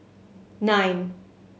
nine